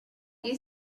you